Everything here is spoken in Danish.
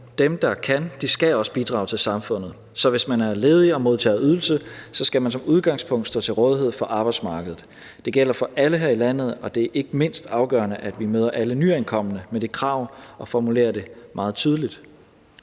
Dem, der kan, skal også bidrage til samfundet, så hvis man er ledig og modtager ydelse, skal man som udgangspunkt stå til rådighed for arbejdsmarkedet. Det gælder for alle her i landet, og det er ikke mindst afgørende, at vi møder alle nyankomne med det krav og formulerer det meget tydeligt.